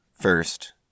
First